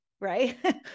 right